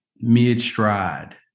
mid-stride